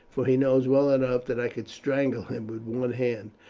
for he knows well enough that i could strangle him with one hand.